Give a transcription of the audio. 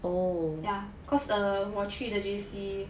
ya err cause 我去的 J_C